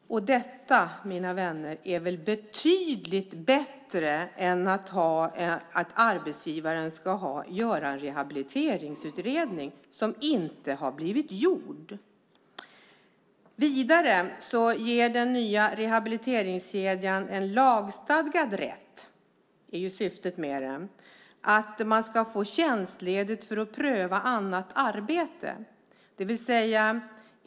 Detta är väl betydligt bättre än att arbetsgivaren ska göra en rehabiliteringsutredning som inte blir gjord? Vidare ger den nya rehabiliteringskedjan den anställde en lagstadgad rätt - det är syftet med den - att få tjänstledigt för att pröva annat arbete.